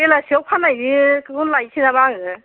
बेलासियाव फाननायनिखौनो लायसै नामा आङो